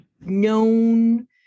known